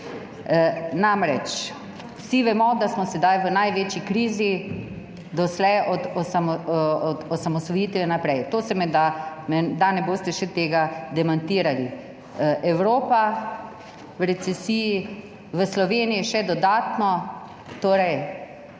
Namreč, vsi vemo, da smo sedaj v največji krizi doslej od osamosvojitve naprej, menda ne boste še tega demantirali. Evropa v recesiji, v Sloveniji še dodatno požari